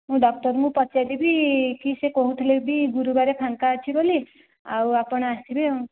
ମୁଁ ଡକ୍ଟରଙ୍କୁ ପଚାରିଦେବି କି ସେ କହୁଥିଲେ ବି ଗୁରୁବାରେ ଫାଙ୍କା ଅଛି ବୋଲି ଆଉ ଆପଣ ଆସିବେ